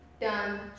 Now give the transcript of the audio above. done